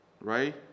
right